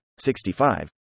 65